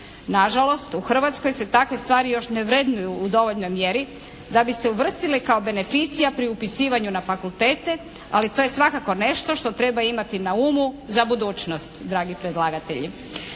Na žalost u Hrvatskoj se takve stvari još ne vrednuju u dovoljnoj mjeri da bi se uvrstile kao beneficija pri upisivanju na fakultete, ali to je svakako nešto što treba imati na umu za budućnost dragi predlagatelji.